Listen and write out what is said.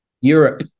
Europe